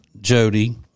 Jody